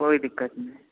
कोई दिक्कत नहि